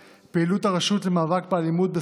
3. פעילות הרשות למאבק באלימות,